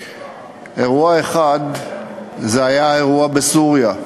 אירוע אחד היה בסוריה.